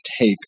take